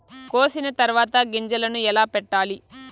కోసిన తర్వాత గింజలను ఎలా పెట్టాలి